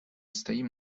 стоим